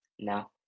No